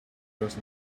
just